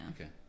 Okay